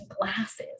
glasses